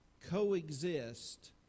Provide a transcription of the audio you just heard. coexist